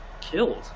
killed